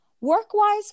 work-wise